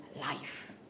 life